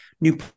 new